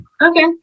Okay